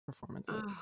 performances